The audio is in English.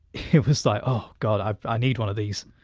it was like oh god i i need one of these,